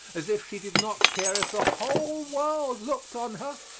as if she did not care if the whole world looked on her,